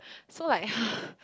so like